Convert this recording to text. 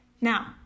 Now